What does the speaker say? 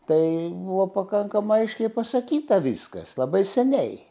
tai buvo pakankamai aiškiai pasakyta viskas labai seniai